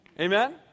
Amen